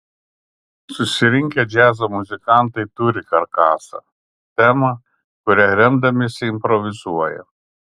susirinkę džiazo muzikantai turi karkasą temą kuria remdamiesi improvizuoja